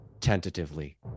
tentatively